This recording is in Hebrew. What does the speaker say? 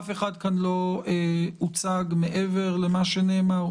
אף אחד כאן לא הוצג מעבר למה שנאמר.